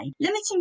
Limiting